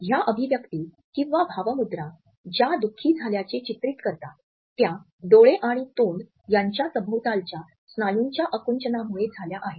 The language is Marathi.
ह्या अभिव्यक्ति किंवा भावमुद्र ज्या दुखी झाल्याचे चित्रित करतात त्या डोळे आणि तोंड यांच्या सभोवतालच्या स्नायूंच्या आकुंचनामुळे झाल्या आहेत